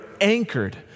anchored